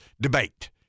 debate